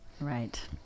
Right